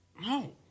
No